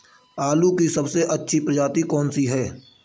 आलू की सबसे अच्छी प्रजाति कौन सी है?